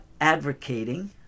advocating